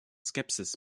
skepsis